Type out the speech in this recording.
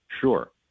Sure